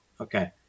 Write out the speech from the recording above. okay